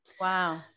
wow